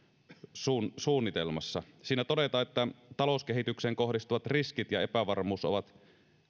suunnitelmassa siinä todetaan että talouskehitykseen kohdistuvat riskit ja epävarmuus ovat